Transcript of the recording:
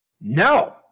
No